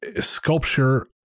sculpture